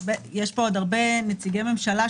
יש פה עוד הרבה נציגי ממשלה,